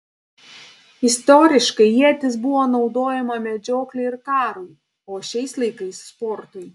istoriškai ietis buvo naudojama medžioklei ir karui o šiais laikais sportui